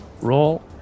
Roll